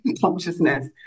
consciousness